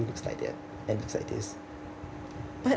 looks like that and looks like this but